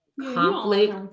conflict